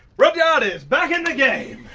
rudyard is back in the game!